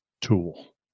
tool